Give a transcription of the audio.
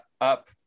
up